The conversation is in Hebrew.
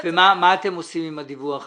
מה אתם עושים עם הדיווח הזה?